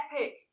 epic